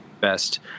best